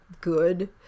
good